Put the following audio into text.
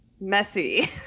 messy